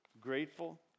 grateful